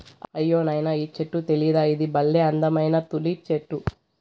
అయ్యో నాయనా ఈ చెట్టు తెలీదా ఇది బల్లే అందమైన తులిప్ చెట్టు